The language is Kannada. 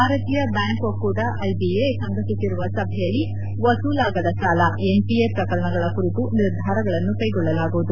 ಭಾರತೀಯ ಬ್ಯಾಂಕ್ ಒಕ್ಕೂಟ ಐಬಿಎ ಸಂಘಟಿಸಿರುವ ಸಭೆಯಲ್ಲಿ ವಸೂಲಾಗದ ಸಾಲ ಎನ್ಪಿಎ ಪ್ರಕರಣಗಳ ಕುರಿತು ನಿರ್ಧಾರಗಳನ್ನು ಕೈಗೊಳ್ಳಲಾಗುವುದು